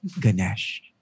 Ganesh